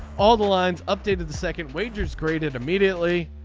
all the lines updated the second wagers created immediately.